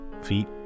feet